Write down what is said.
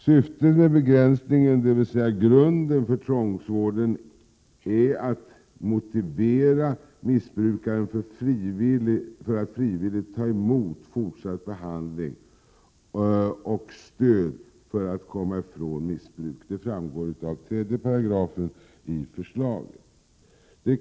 Syftet med begränsningen, dvs. grunden för tvångsvården, är att motivera missbrukaren att frivilligt ta emot fortsatt behandling, och att ge vederbörande stöd för att komma ifrån missbruk. Det framgår av 3 § i förslaget.